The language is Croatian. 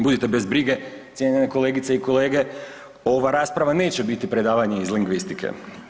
Budite bez brige cijenjene kolegice i kolege, ova rasprava neće biti predavanje iz lingvistike.